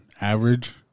average